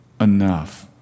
Enough